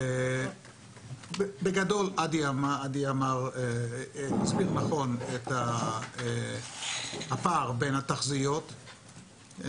בגדול עדי הסביר נכון את הפער בין התחזיות,